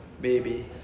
baby